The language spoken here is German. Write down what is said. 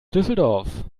düsseldorf